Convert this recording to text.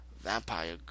vampire